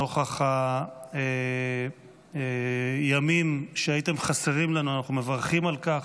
נוכח הימים שהייתם חסרים לנו, אנחנו מברכים על כך.